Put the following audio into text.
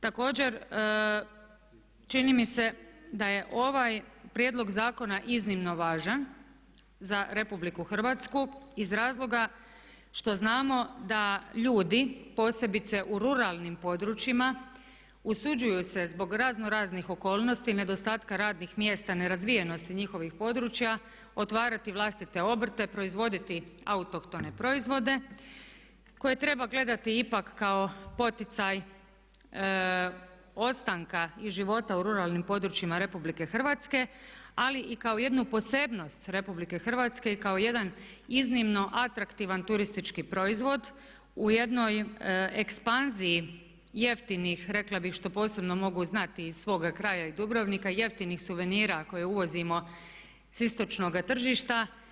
Također čini mi se da je ovaj prijedlog zakona izuzetno važan za RH iz razloga što znamo da ljudi, posebice u ruralnim područjima, usuđuju se zbog razno raznih okolnosti, nedostatka radnih mjesta, nerazvijenosti njihovih područja otvarati vlastite obrte, proizvoditi autohtone proizvode koje treba gledati ipak kao poticaj ostanka i života u ruralnim područjima RH ali i kao jednu posebnost RH kao jedan iiznimno atraktivan turistički proizvod, u jednoj ekspanziji jeftinih rekla bih, što posebno mogu znati iz svoga kraja Dubrovnika jeftinih suvenira koje uvozimo sa istočnoga tržišta.